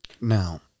Now